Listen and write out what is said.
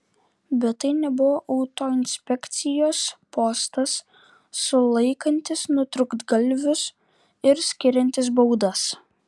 bet tai nebuvo autoinspekcijos postas sulaikantis nutrūktgalvius ir skiriantis baudas